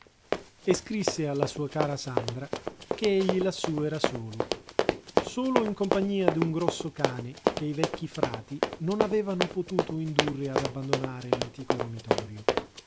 e scrisse alla sua cara sandra che egli lassù era solo solo in compagnia d'un grosso cane che i vecchi frati non avevano potuto indurre ad abbandonare